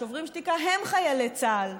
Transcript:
שוברים שתיקה הם חיילי צה"ל,